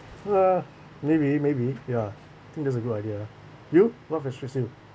uh maybe maybe ya think that's a good idea lah you what frustrates you